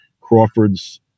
Crawford's